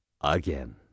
again